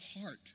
heart